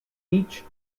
each